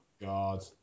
God